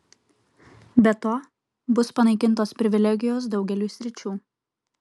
be to bus panaikintos privilegijos daugeliui sričių